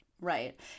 Right